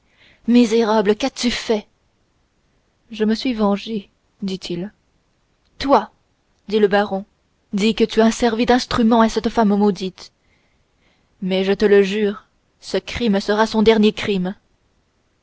misérable qu'as-tu fait je me suis vengé dit-il toi dit le baron dis que tu as servi d'instrument à cette femme maudite mais je te le jure ce crime sera son dernier crime